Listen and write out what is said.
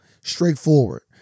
straightforward